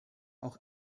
auch